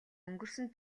өнгөрсөн